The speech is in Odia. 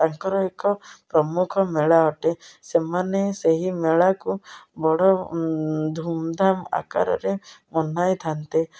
ତାଙ୍କର ଏକ ପ୍ରମୁଖ ମେଳା ଅଟେ ସେମାନେ ସେହି ମେଳାକୁ ବଡ଼ ଧୁମଧାମ ଆକାରରେ ମନାଇଥାନ୍ତେ